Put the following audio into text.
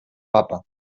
papa